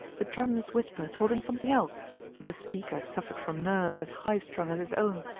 the tremulous whisper told him something else that the speaker suffered from nerves as high-strung as his own.